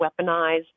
weaponize